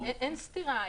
אין סתירה.